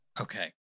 Okay